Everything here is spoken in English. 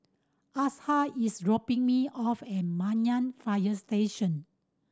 Asha is dropping me off at Banyan Fire Station